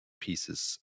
pieces